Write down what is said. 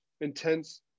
intense